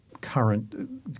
Current